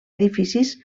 edificis